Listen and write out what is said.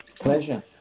Pleasure